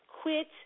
Quit